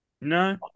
No